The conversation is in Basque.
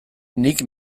nik